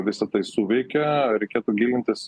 visa tai suveikia reikėtų gilintis